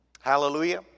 Hallelujah